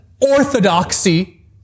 orthodoxy